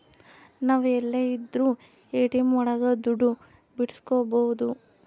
ನಾವ್ ಎಲ್ಲೆ ಇದ್ರೂ ಎ.ಟಿ.ಎಂ ಒಳಗ ದುಡ್ಡು ಬಿಡ್ಸ್ಕೊಬೋದು